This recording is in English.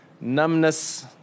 Numbness